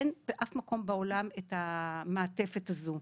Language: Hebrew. אין באף מקום בעולם את המעטפת הזו.